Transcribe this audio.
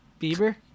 Bieber